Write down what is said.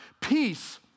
peace